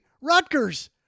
Rutgers